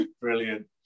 Brilliant